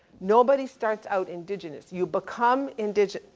nobody starts out indigenous. you become indige,